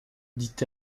dit